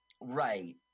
right